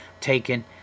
taken